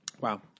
Wow